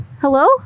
Hello